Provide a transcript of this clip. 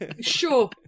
Sure